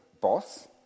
boss